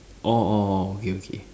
orh orh orh okay okay